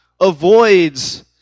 avoids